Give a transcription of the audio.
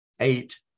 eight